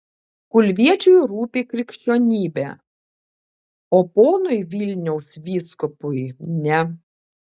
kulviečiui rūpi krikščionybė o ponui vilniaus vyskupui ne